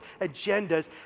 agendas